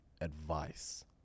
Advice